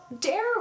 dare